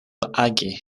agi